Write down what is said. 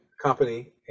company